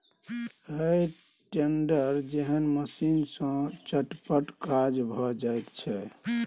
हे टेडर जेहन मशीन सँ चटपट काज भए जाइत छै